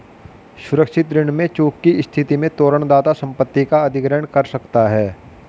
सुरक्षित ऋण में चूक की स्थिति में तोरण दाता संपत्ति का अधिग्रहण कर सकता है